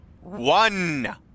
One